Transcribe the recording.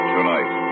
Tonight